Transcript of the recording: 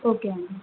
okay అండి